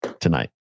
tonight